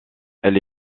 elle